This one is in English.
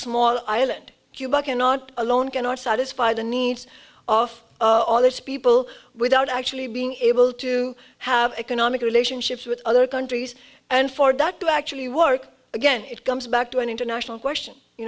small island cuba cannot alone cannot satisfy the needs of all its people without actually being able to have economic relationships with other countries and for that to actually work again it comes back to an international question you